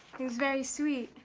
it was very sweet.